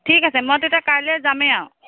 ঠিক আছে মই তেতিয়া কাইলৈ যামেই আৰু